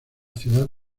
ciudad